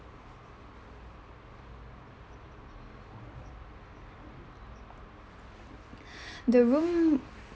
the room